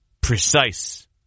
precise